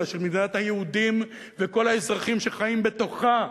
אלא של מדינת היהודים וכל האזרחים שחיים בתוכה,